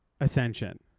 ascension